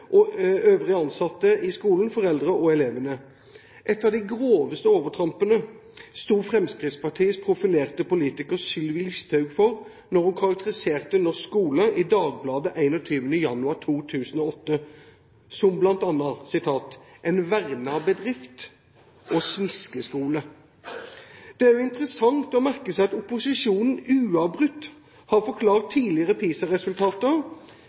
lærere, øvrige ansatte i skolen, foreldre eller elever. Et av de groveste overtrampene sto Fremskrittspartiets profilerte politiker Sylvi Listhaug for da hun i Dagbladet 21. januar 2008 karakteriserte norsk skole som bl.a. «en verna bedrift» og «smiskeskole». Det er også interessant å merke seg at opposisjonen uavbrutt har forklart